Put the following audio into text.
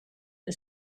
the